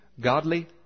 Godly